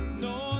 No